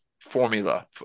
formula